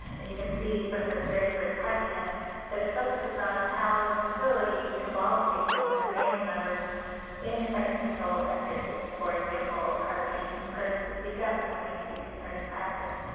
and you can see from this very first question that it focuses on how ah the facility involves patients and their family members in infection control activities. for example, are patients encouraged to speak up when they see a concerning practice?